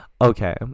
okay